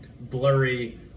blurry